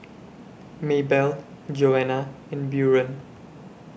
Maybelle Joanna and Buren